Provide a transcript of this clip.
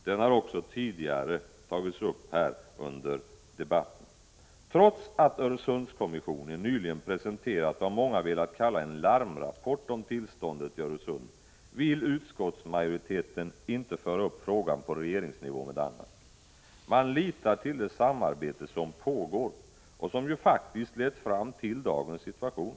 Den har också förts på tal tidigare här under debatten. Trots att Öresundskommissionen nyligen presenterat vad många velat kalla en larmrapport om tillståndet i Öresund, vill utskottsmajoriteten inte föra upp frågan på regeringsnivå med Danmark. Man litar till det samarbete som pågår — och som ju faktiskt lett fram till dagens situation.